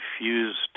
refused